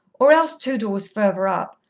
or else two doors further up.